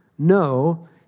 No